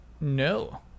No